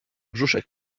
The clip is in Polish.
brzuszek